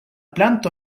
planto